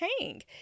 hang